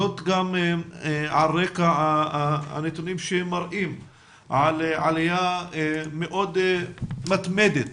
בקרב ילדים ובני נוער וזאת על רקע הנתונים שמראים עלייה מאוד מתמדת